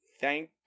Thank